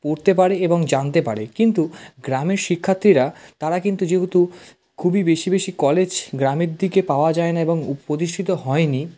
পড়তে পারে এবং জানতে পারে কিন্তু গ্রামের শিক্ষার্থীরা তারা কিন্তু যেহুতু খুবই বেশি বেশি কলেজ গ্রামের দিকে পাওয়া যায় না এবং প্রতিষ্ঠিত হয় নি